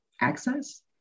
access